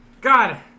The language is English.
God